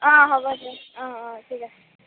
অঁ হ'ব দিয়ক অঁ অঁ ঠিক আছে